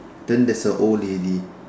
then there is a old lady